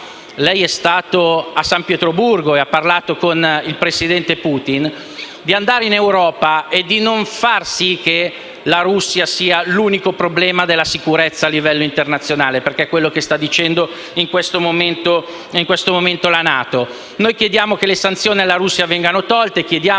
lei è stato a San Pietroburgo e ha parlato con il presidente Putin, di andare in Europa e di far sì che la Russia non sia l'unico problema della sicurezza a livello internazionale, perché è quello che sta dicendo in questo momento la NATO. Noi chiediamo che le sanzioni alla Russia vengano tolte; chiediamo